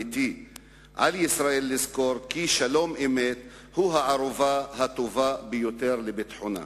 על ישראל לזכור כי שלום-אמת הוא הערובה הטובה ביותר לביטחונה.